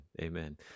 amen